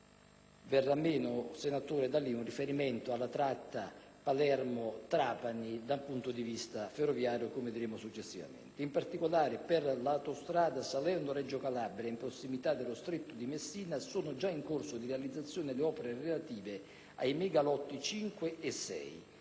verrà meno, senatore D'Alì, un riferimento alla tratta ferroviaria Palermo-Trapani, come diremo successivamente. In particolare, per l'autostrada Salerno-Reggio Calabria, in prossimità dello Stretto di Messina, sono già in corso di realizzazione le opere relative ai megalotti 5 e 6.